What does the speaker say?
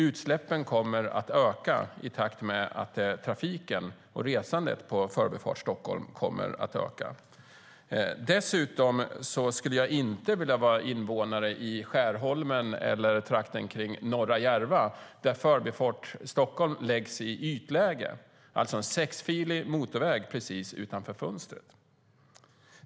Utsläppen kommer att öka i takt med att trafiken och resandet på Förbifart Stockholm ökar. Dessutom skulle jag inte vilja vara invånare i Skärholmen eller trakten kring norra Järva, där Förbifart Stockholm läggs i ytläge. Man får alltså en sexfilig motorväg precis utanför för fönstret.